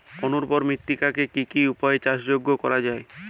অনুর্বর মৃত্তিকাকে কি কি উপায়ে চাষযোগ্য করা যায়?